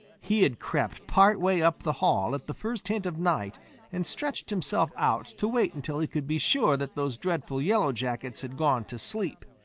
he had crept part way up the hall at the first hint of night and stretched himself out to wait until he could be sure that those dreadful yellow jackets had gone to sleep.